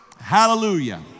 Hallelujah